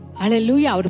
Hallelujah